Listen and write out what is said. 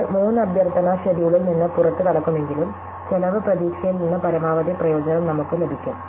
നമ്മൾ 3 അഭ്യർത്ഥന ഷെഡ്യൂളിൽ നിന്ന് പുറത്തുകടക്കുമെങ്കിലും ചെലവ് പ്രതീക്ഷയിൽ നിന്ന് പരമാവധി പ്രയോജനം നമുക്ക് ലഭിക്കും